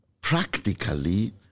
practically